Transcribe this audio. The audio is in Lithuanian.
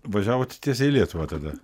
važiavo tiesiai į lietuvą tada